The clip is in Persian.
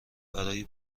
برای